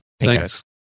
Thanks